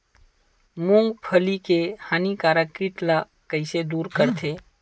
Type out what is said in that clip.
मूंगफली के हानिकारक कीट ला कइसे दूर करथे?